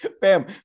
Fam